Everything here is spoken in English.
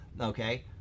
okay